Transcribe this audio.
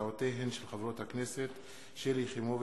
הצעותיהן של חברות הכנסת שלי יחימוביץ,